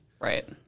Right